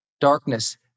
darkness